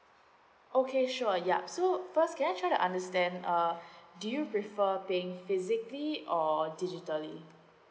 okay sure ya so first can I try to understand uh do you prefer being physically or digitally